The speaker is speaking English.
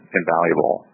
invaluable